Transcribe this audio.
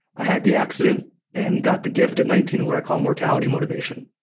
i had the accident and got the gift at nineteen of what i call mortality motivation.